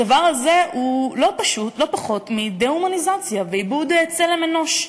הדבר הזה הוא לא פחות מדה-הומניזציה ואיבוד צלם אנוש.